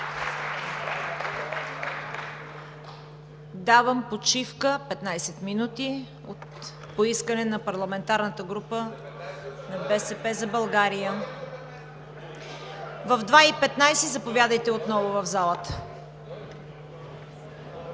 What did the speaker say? Давам почивка 15 минути по искане на парламентарната група на „БСП за България“. В 14,15 ч. заповядайте отново в залата.